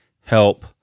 help